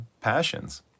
passions